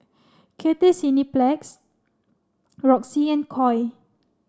Cathay Cineplex Roxy and Koi